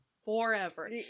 forever